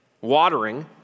watering